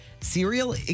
cereal